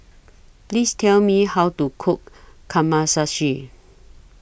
Please Tell Me How to Cook